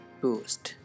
boost